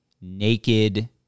naked